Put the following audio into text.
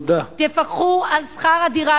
תפקחו על שכר הדירה,